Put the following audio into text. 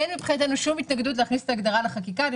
אין מבחינתנו שום התנגדות להכניס את ההגדרה לחקיקה.